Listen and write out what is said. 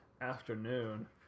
afternoon